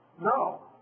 No